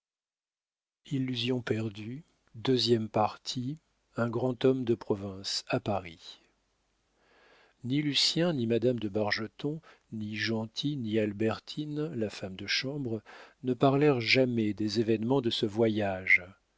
deuxième partie un grand homme de province a paris ni lucien ni madame de bargeton ni gentil ni albertine la femme de chambre ne parlèrent jamais des événements de ce voyage